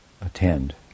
attend